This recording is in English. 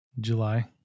July